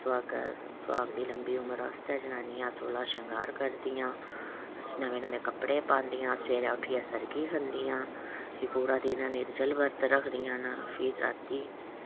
सुहागा सुहाग दी लम्बी उमर आस्तै जनानियां सोलहां शंगार करदियां नमें नमें कपडे़ पांदियां सबैह्रे उट्ठियै सरगी खदियां फ्ही पूरा दिन निर्जल बरत रखदियां न फिर राती